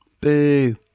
Boo